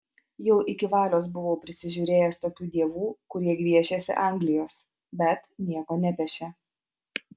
jau iki valios buvau prisižiūrėjęs tokių dievų kurie gviešėsi anglijos bet nieko nepešė